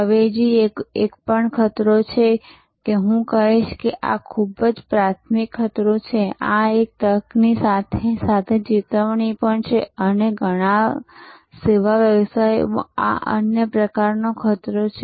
અવેજી પણ એક ખતરો છે હું કહીશ કે આ એક ખૂબ જ પ્રાથમિક ખતરો છે આ એક તકની સાથે સાથે ચેતવણી પણ છે અને ઘણા સેવા વ્યવસાયોમાં આ અન્ય પ્રકારનો ખતરો છે